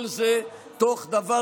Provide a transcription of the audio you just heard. כל זה תוך דבר,